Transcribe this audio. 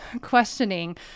questioning